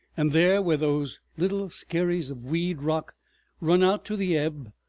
and there, where those little skerries of weed rock run out to the ebb,